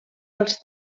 als